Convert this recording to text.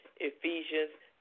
Ephesians